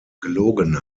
gelogen